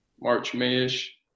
March-May-ish